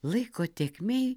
laiko tėkmėj